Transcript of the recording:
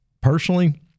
Personally